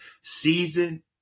Season